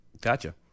Gotcha